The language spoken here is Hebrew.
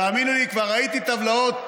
והאמינו לי, כבר ראיתי טבלאות